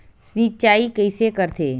सिंचाई कइसे करथे?